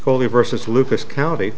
coley versus lucas county